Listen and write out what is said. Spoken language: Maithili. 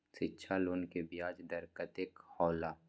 शिक्षा लोन के ब्याज दर कतेक हौला?